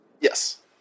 Yes